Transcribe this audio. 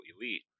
elite